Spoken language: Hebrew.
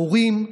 מורים,